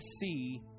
see